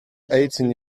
eighteen